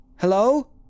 Hello